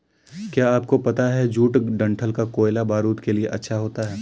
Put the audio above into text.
क्या आपको पता है जूट डंठल का कोयला बारूद के लिए अच्छा होता है